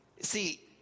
See